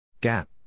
Gap